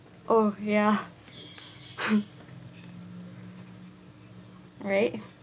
oh ya right